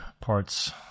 parts